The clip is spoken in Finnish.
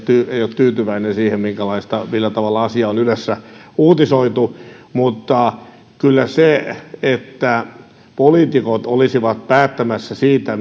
varmaan ole tyytyväinen siihen millä tavalla asia on ylessä uutisoitu mutta kyllä se että poliitikot olisivat päättämässä siitä